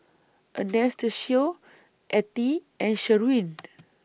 Anastacio Ettie and Sherwin